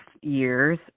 year's